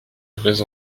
vrais